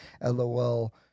lol